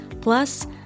Plus